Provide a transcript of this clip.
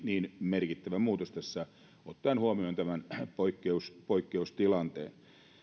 niin merkittävä muutos ottaen huomioon tämä poikkeustilanne